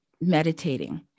meditating